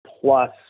plus